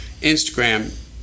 instagram